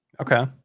Okay